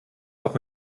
auch